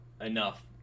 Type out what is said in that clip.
enough